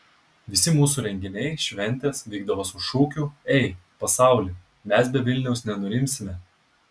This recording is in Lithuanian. visi mūsų renginiai šventės vykdavo su šūkiu ei pasauli mes be vilniaus nenurimsime